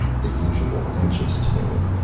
the usual anxious tone.